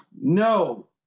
no